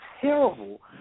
terrible